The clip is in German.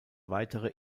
weitere